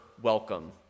Welcome